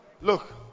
Look